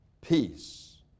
peace